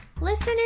Listener